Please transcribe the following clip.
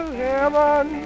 heaven